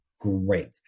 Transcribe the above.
Great